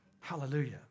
Hallelujah